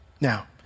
Now